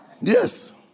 Yes